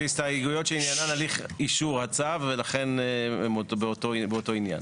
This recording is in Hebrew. זה הסתייגויות שעניינן הליך אישור הצו ולכן הן באותו עניין.